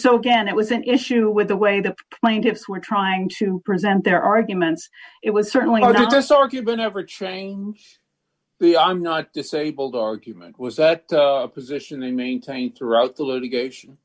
so again it was an issue with the way the plaintiffs were trying to present their arguments it was certainly the best argument ever change the i'm not disabled argument was that the position they maintained throughout the litigation